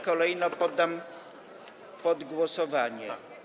Kolejno poddam je pod głosowanie.